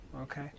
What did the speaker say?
Okay